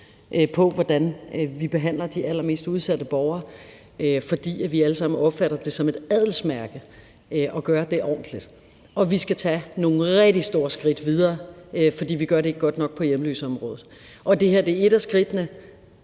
på, hvordan vi behandler de allermest udsatte borgere, fordi vi alle sammen opfatter det som et adelsmærke at gøre det ordentligt. Og vi skal tage nogle rigtig store skridt videre, for vi gør det ikke godt nok på hjemløseområdet. Det her er et af skridtene,